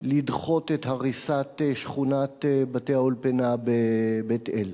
לדחות את הריסת בתי שכונת-האולפנה בבית-אל,